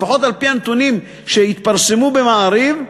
לפחות על-פי הנתונים שהתפרסמו ב"מעריב",